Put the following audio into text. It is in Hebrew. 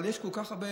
אבל יש כל כך הרבה,